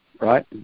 right